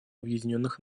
объединенных